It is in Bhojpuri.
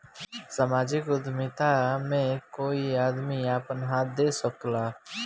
सामाजिक उद्यमिता में कोई आदमी आपन हाथ दे सकेला